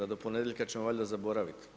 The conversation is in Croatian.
A do ponedjeljka ćemo valjda zaboraviti.